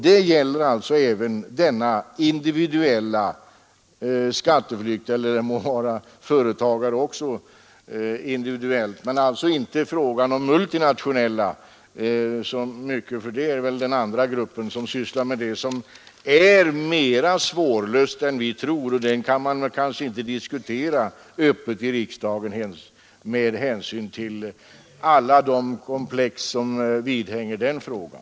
Det gäller alltså även denna individuella skatteflykt — det kan ju gälla företagare också individuellt — men inte så mycket frågan om de multinationella företagen. Denna fråga, som behandlas av den andra gruppen, är mera svårlöst än vi tror, och den kan man kanske inte ens diskutera öppet i riksdagen med hänsyn till alla de komplex som inryms i frågan.